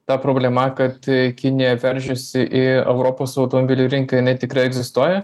ta problema kad kinija veržiasi į europos automobilių rinką jinai tikrai egzistuoja